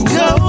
go